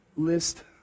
list